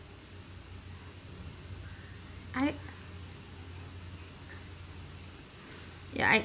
I ya I